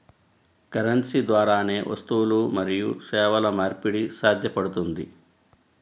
currency ద్వారానే వస్తువులు మరియు సేవల మార్పిడి సాధ్యపడుతుంది